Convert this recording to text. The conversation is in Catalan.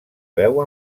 veu